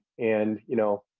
and you know,